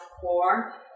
core